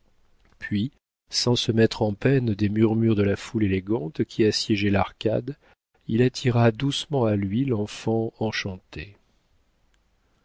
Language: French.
puis sans se mettre en peine des murmures de la foule élégante qui assiégeait l'arcade il attira doucement à lui l'enfant enchantée